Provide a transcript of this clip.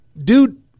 Dude